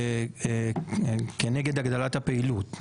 כנגד הגדלת הפעילות.